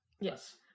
Yes